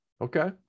Okay